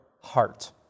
Heart